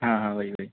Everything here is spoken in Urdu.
ہاں ہاں وہی وہی